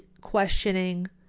questioning